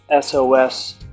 SOS